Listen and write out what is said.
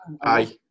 Aye